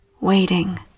waiting